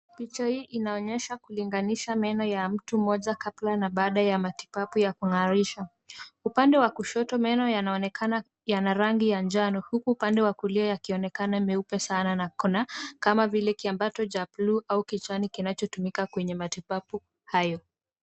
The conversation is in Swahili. Picha hii inaonyesha kulinganisha meno ya mtu mmoja kabla na baada ya matibabu ya kung'arisha. Upande wa kushoto meno yanaonekana yana rangi ya njano huku upande wa kulia yakionekana meupe sana na kuna kama vile kiambato cha buluu au kichani kinachotumika kwenye matibabu hayo.